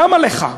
למה לך?